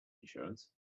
insurance